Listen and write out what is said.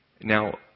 Now